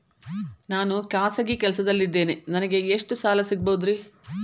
ನಾನು ಖಾಸಗಿ ಕೆಲಸದಲ್ಲಿದ್ದೇನೆ ನನಗೆ ಎಷ್ಟು ಸಾಲ ಸಿಗಬಹುದ್ರಿ?